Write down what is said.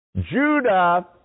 Judah